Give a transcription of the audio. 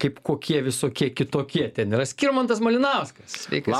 kaip kokie visokie kitokie ten yra skirmantas malinauskas sveikas